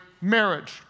marriage